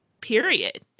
Period